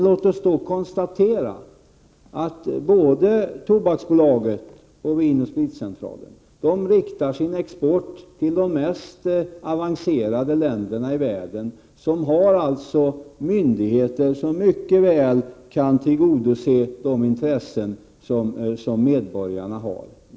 Låt oss då konstatera att både Tobaksbolaget och Vin & Spritcentralen riktar sin export till de mest avancerade länderna i världen, som har myndigheter som mycket väl kan tillgodose medborgarnas intressen.